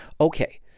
Okay